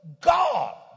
God